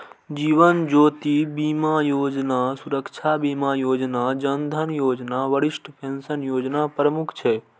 जीवन ज्योति बीमा योजना, सुरक्षा बीमा योजना, जन धन योजना, वरिष्ठ पेंशन योजना प्रमुख छै